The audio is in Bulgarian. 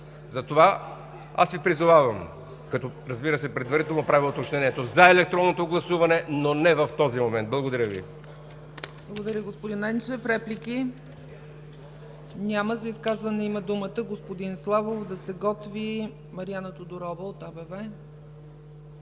Затова аз Ви призовавам, като, разбира се, предварително правя уточнението – „за” електронното гласуване, но не в този момент. Благодаря Ви. ПРЕДСЕДАТЕЛ ЦЕЦКА ЦАЧЕВА: Благодаря, господин Енчев. Реплики? Няма. За изказване има думата господин Славов. Да се готви Мариана Тодорова от АБВ.